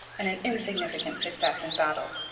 and an insignificant success in battle.